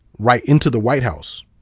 right into the white house.